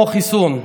כמו חיסון.